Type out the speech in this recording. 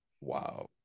Wow